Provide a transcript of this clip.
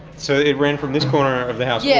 so it ran from this corner of the house yeah